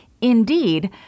Indeed